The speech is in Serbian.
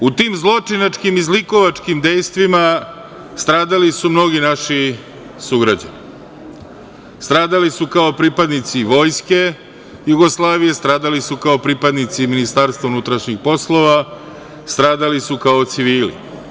U tim zločinačkim i zlikovačkim dejstvima stradali su mnogi naši sugrađani, stradali su kao pripadnici vojske Jugoslavije, stradali su kao pripadnici Ministarstva unutrašnjih poslova, stradali su kao civili.